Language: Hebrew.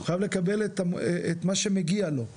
הוא חייב לקבל את מה שמגיע לו.